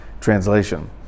translation